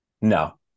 no